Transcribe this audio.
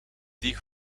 die